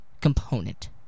component